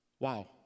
Wow